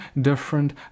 different